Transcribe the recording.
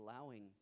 allowing